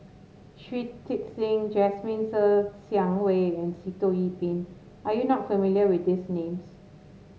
Shui Tit Sing Jasmine Ser Xiang Wei and Sitoh Yih Pin are you not familiar with these names